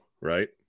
right